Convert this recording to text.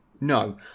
No